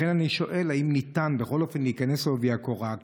לכן אני שואל: האם ניתן בכל אופן להיכנס בעובי הקורה,